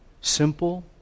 simple